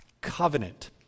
covenant